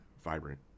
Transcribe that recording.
Vibrant